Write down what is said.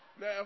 Now